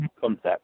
concept